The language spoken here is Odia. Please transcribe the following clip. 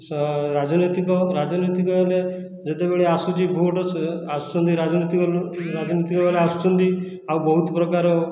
ସ ରାଜନୈତିକ ରାଜନୈତିକ ହେଲେ ଯେତେବେଳେ ଆସୁଛି ଭୋଟ ସେ ଆସୁଛନ୍ତି ରାଜନୈତିକ ରାଜନୈତିକବାଲା ଆସୁଛନ୍ତି ଆଉ ବହୁତ ପ୍ରକାର